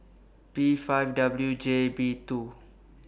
P five W J B two